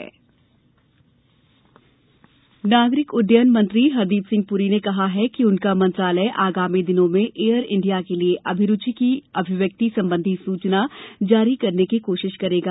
air India नागरिक उड्डयन मंत्री हरदीप सिंह प्ररी ने कहा है कि उनका मंत्रालय आगामी दिनों में एयर इंडिया के लिए अभिरूचि की अभिव्यक्ति संबंधी सूचना जारी करने की कोशिश करेगा